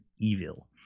Evil